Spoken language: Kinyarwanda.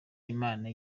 imana